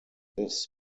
this